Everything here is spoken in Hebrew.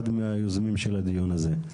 אחד מהיוזמים של הדיון הזה.